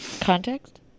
context